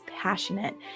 passionate